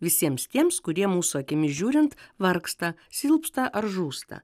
visiems tiems kurie mūsų akimis žiūrint vargsta silpsta ar žūsta